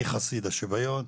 אני חסיד השוויון.